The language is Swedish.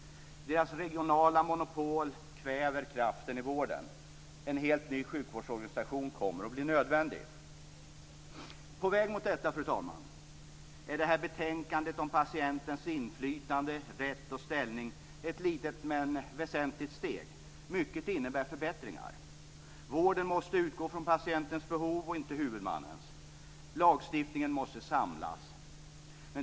Deras regionala monopol kväver kraften i vården. En helt ny sjukvårdsorganisation kommer att bli nödvändig. På väg mot detta, fru talman, är det här betänkandet om patientens inflytande, rätt och ställning ett litet men väsentligt steg. Mycket innebär förbättringar. Vården måste utgå från patientens behov och inte huvudmannens. Lagstiftningen måste samlas.